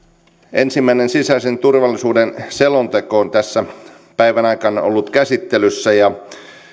ensimmäinen sisäisen turvallisuuden selonteko on tässä päivän aikana ollut käsittelyssä ja